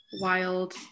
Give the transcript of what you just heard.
wild